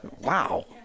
Wow